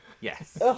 Yes